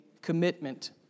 commitment